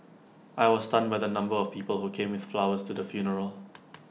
I was stunned by the number of people who came with flowers to the funeral